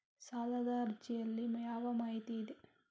ಸಾಲದ ಅರ್ಜಿಯಲ್ಲಿ ಯಾವ ಮಾಹಿತಿ ಇದೆ?